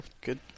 good